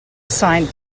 signed